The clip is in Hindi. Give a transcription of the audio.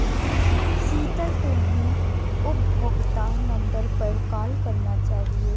शीतल, तुम्हे उपभोक्ता नंबर पर कॉल करना चाहिए